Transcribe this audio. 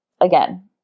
Again